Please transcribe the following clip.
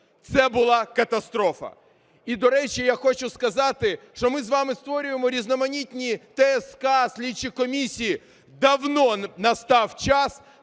Це була катастрофа. І, до речі, я хочу сказати, що ми з вами створюємо різноманітні ТСК, слідчі комісії, давно настав час